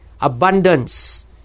Abundance